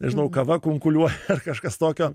nežinau kava kunkuliuoja ar kažkas tokio